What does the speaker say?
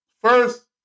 first